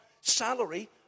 salary